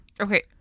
Okay